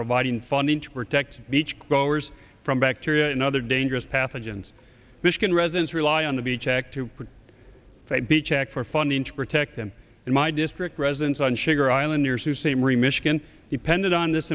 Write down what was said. providing funding to protect beach growers from bacteria and other dangerous pathogens michigan residents rely on the beach act to fight be checked for funding to protect them in my district residents on sugar island years who say marie michigan depended on this